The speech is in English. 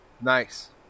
Nice